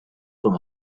from